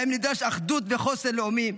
שבהם נדרשים אחדות וחוסן לאומי,